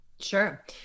Sure